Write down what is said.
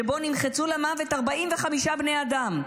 שבו נמחצו למוות 45 בני אדם,